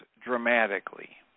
dramatically